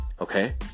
okay